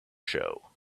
show